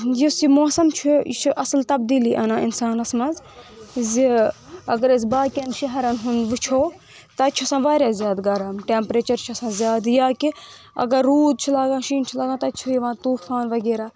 یُس یہِ موسم چھُ یہِ چھُ اصل تبدیٖلی انان انسانس منٛز زِ اگر أسۍ باقی یَن شہرن ہُنٛد وٕچھو تتہِ چھُ آسان واریاہ زیادٕ گرم ٹیمپیچر چھُ آسان زیادٕ یا کہِ اگر روٗد چھُ لاگان شیٖن چھُ لاگان تتہِ چھُ یِوان طوٗفان وغیرہ